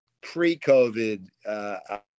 pre-COVID